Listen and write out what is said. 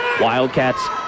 Wildcats